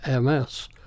MS